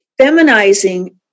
feminizing